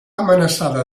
amenaçada